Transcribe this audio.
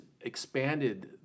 expanded